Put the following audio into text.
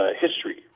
history